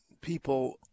people